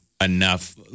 enough